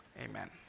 Amen